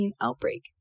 outbreak